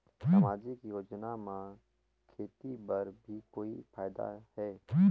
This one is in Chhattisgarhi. समाजिक योजना म खेती बर भी कोई फायदा है?